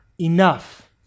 enough